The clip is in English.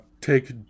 take